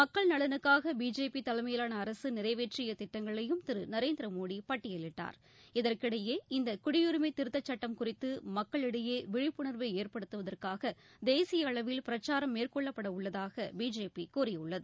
மக்கள் நலனுக்காக பிஜேபி தலைமையிலான அரசு நிறைவேற்றிய திட்டங்களையும் திரு நரேந்திர மோடி பட்டயலிட்டார் இதற்கிடையே இந்த குடியுரிமை திருத்த சுட்டம் குறித்து மக்களிடையே விழிப்புணர்வை ஏற்படுத்துவதற்காக தேசிய அளவில் பிரச்சாரம் மேற்கொள்ளப்படவுள்ளதாக பிஜேபி கூறியுள்ளது